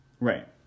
Right